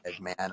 man